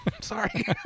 Sorry